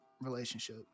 relationship